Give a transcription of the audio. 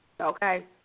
Okay